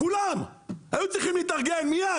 כולם היו צריכים להתארגן מיד,